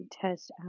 test